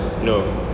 no